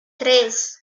tres